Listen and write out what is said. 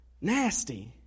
nasty